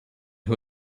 who